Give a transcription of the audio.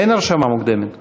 אין הרשמה מוקדמת.